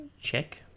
Check